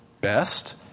best